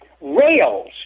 rails